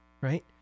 right